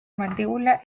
mandíbula